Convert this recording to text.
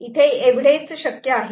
इथे एवढेच शक्य आहे